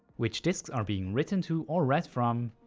which disks are being written to or read from,